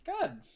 Good